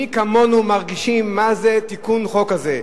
מי כמונו מרגישים מה זה תיקון חוק כזה.